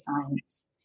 science